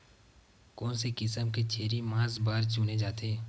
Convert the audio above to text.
कोन से किसम के छेरी मांस बार चुने जाथे?